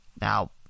Now